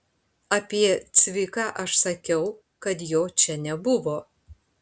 apie cviką aš sakiau kad jo čia nebuvo